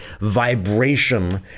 vibration